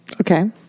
Okay